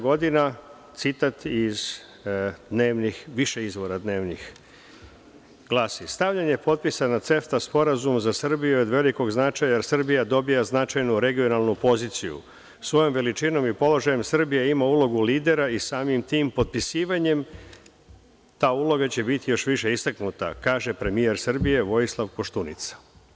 Godina 2006, citat iz više izvora dnevnih glasi: „Stavljanje potpisa na CEFTA Sporazum za Srbiju je od velikog značaja, jer Srbija dobija značajnu regionalnu poziciju svojom veličinom i položajem Srbija ima ulogu lidera i samim tim potpisivanjem ta uloga će biti još više istaknuta“ kaže premijer Srbije Vojislav Koštunica.